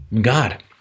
God